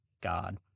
God